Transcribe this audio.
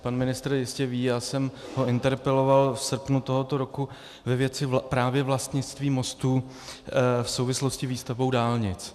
Pan ministr jistě ví, já jsem ho interpeloval v srpnu tohoto roku ve věci právě vlastnictví mostů v souvislosti s výstavbou dálnic.